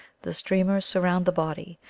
the streamers surround the body,